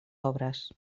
obres